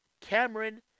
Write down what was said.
Cameron